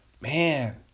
man